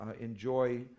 enjoy